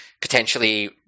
potentially